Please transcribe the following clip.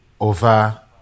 over